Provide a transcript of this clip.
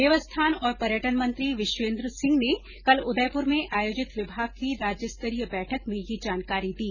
देवस्थान और पर्यटन मंत्री विश्वेंद्र सिंह ने कल उदयपुर में आयोजित विभाग की राज्यस्तरीय बैठक में ये जानकारी दी